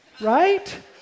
Right